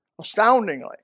astoundingly